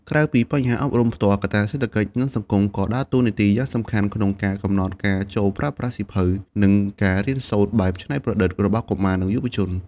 ក្រៅពីបញ្ហាអប់រំផ្ទាល់ កត្តាសេដ្ឋកិច្ច និងសង្គម ក៏ដើរតួនាទីយ៉ាងសំខាន់ក្នុងការកំណត់ការចូលប្រើប្រាស់សៀវភៅ និងការរៀនសូត្របែបច្នៃប្រឌិតរបស់កុមារ និងយុវជន។